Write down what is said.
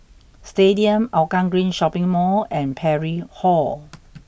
Stadium Hougang Green Shopping Mall and Parry Hall